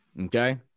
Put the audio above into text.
Okay